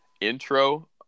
intro